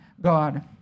God